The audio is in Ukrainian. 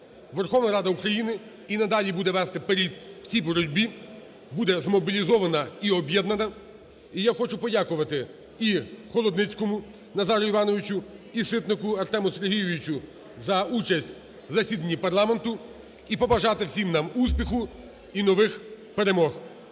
Верховна Рада України і надалі буде вести перед у цій боротьбі, буде змобілізована і об'єднана. І я хочу подякувати і Холодницькому Назару Івановичу, і Ситнику Артему Сергійовичу за участь в засіданні парламенту. І побажати всім нам успіху і нових перемог.